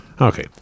Okay